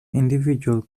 individual